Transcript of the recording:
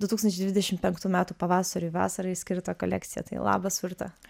du tūkstančiai dvidešimt penktų metų pavasariui vasarai skirtą kolekciją tai labas urte